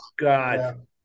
god